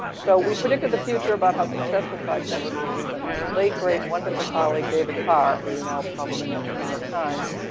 so we predicted the future about how successful podcasting would be. but my late, great, wonderful colleague, david carr, who you all probably know from the new york times,